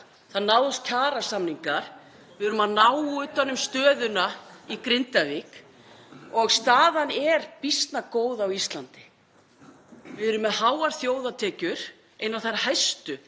það náðust kjarasamningar og við erum að ná utan um stöðuna í Grindavík. Staðan er býsna góð á Íslandi. Við erum með háar þjóðartekjur, einar þær hæstu